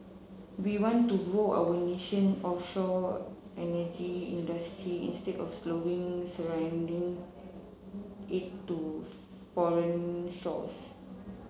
we want to grow our nation offshore energy industry instead of slowly surrendering it to foreign shores